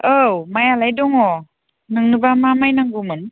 औ माइयालाय दङ नोंनोबा मा माइ नांगौमोन